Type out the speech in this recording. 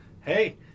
hey